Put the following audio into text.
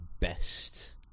best